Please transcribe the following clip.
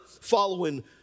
following